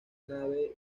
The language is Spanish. nave